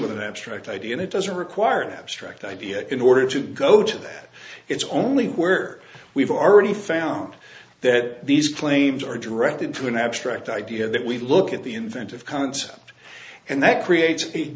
with an abstract idea and it doesn't require an abstract idea in order to go to that it's only where we've already found that these claims are directed to an abstract idea that we look at the inventive concept and that creates a